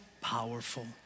powerful